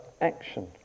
action